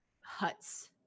huts